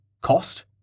Cost